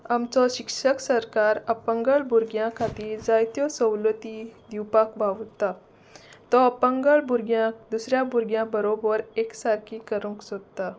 आमचो शिक्षक सरकार अपंगळ भुरग्यां खातीर जायत्यो सवलती दिवपाक भावुरता तो अपंगळ भुरग्यांक दुसऱ्या भुरग्यां बरोबर एक सारकी करूंक सोदता